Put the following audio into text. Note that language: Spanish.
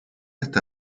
hasta